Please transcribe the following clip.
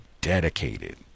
dedicated